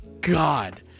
god